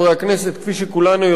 כפי שכולנו יודעים,